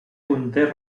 conté